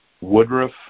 Woodruff